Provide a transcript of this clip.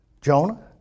Jonah